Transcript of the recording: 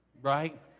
right